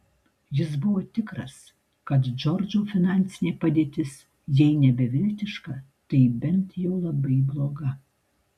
jis buvo tikras kad džordžo finansinė padėtis jei ne beviltiška tai bent jau labai bloga